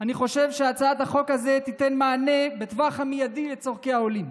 אני חושב שהצעת החוק הזו תיתן מענה על צורכי העולים